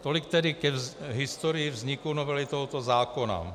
Tolik tedy k historii vzniku novely tohoto zákona.